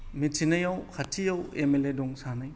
मिथिनायाव खाथियाव M L A दं सानै